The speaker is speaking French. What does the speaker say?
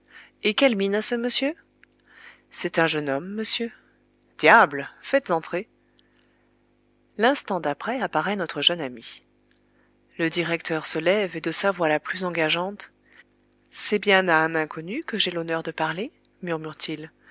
et quelle mine a ce monsieur c'est un jeune homme monsieur diable faites entrer l'instant d'après apparaît notre jeune ami le directeur se lève et de sa voix la plus engageante c'est bien à un inconnu que j'ai l'honneur de parler murmure t il